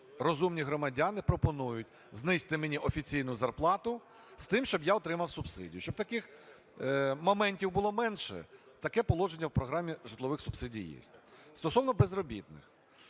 розумні громадяни пропонують: знизьте мені офіційну зарплату з тим, щоб я отримав субсидію. Щоб таких моментів було менше, таке положення в програмі житлових субсидій є. Стосовно безробітних.